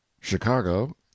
chicago